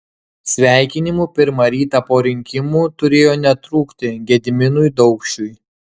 sveikinimų pirmą rytą po rinkimų turėjo netrūkti gediminui daukšiui